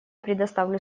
предоставляю